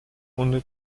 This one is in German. ohne